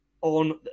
on